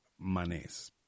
Manes